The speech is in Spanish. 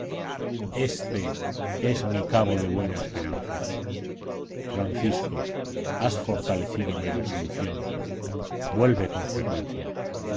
éste es mi cabo de buena esperanza francisco has fortalecido mi resolución vuelve con frecuencia